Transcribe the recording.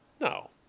No